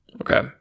Okay